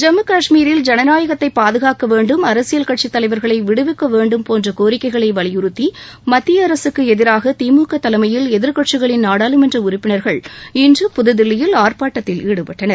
ஜம்மு கஷ்மீரில் ஜனநாயகத்தை பாதுகாக்க வேண்டும் அரசியல் கட்சித் தலைவர்களை விடுவிக்க வேண்டும் போன்ற கோரிக்கைகளை வலியுறுத்தி மத்திய அரசுக்கு எதிரான திமுக தலைமையில் எதிர்க்கட்சிகளின் நாடாளுமன்ற உறுப்பினர்கள் இன்று புதுதில்லியில் ஆர்பாட்டத்தில் ஈடுபட்டனர்